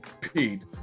paid